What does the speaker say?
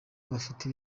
bafite